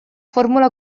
fórmula